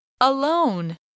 alone